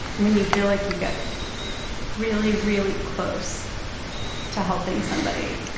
when you feel like you get really really close to helping somebody.